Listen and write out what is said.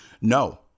No